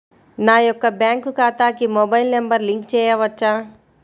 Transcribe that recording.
నా యొక్క బ్యాంక్ ఖాతాకి మొబైల్ నంబర్ లింక్ చేయవచ్చా?